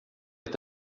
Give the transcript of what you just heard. est